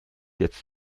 jetzt